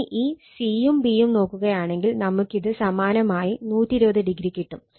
ഇനി ഈ c യും b യും നോക്കുകയാണെങ്കിൽ നമുക്കിത് സമാനമായി 120o കിട്ടും